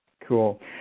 Cool